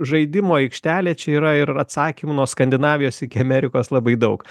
žaidimo aikštelė čia yra ir atsakymų nuo skandinavijos iki amerikos labai daug